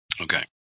Okay